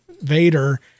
Vader